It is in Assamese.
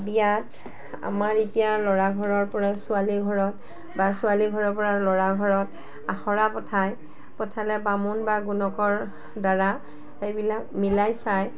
বিয়াত আমাৰ এতিয়া ল'ৰা ঘৰৰ পৰা ছোৱালী ঘৰত বা ছোৱালী ঘৰৰ পৰা ল'ৰা ঘৰত আখৰা পঠায় পঠালে বামুণ বা গুণকৰ দ্বাৰা এইবিলাক মিলাই চায়